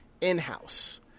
in-house